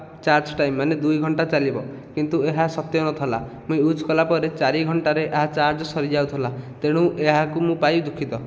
charge time ମାନେ ଦୁଇ ଘଣ୍ଟା ଚାଲିବ କିନ୍ତୁ ଏହା ସତ୍ୟ ନଥିଲା ମୁଁ ୟୁଜ କଲାପରେ ଚାରି ଘଣ୍ଟାରେ ଏହା ଚାର୍ଜ ସରି ଯାଉଥିଲା ତେଣୁ ଏହାକୁ ମୁ ପାଇଁ ଦୁଃଖିତ